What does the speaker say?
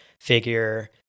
figure